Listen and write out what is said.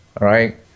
right